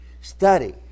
Study